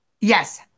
Yes